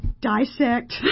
dissect